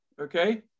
Okay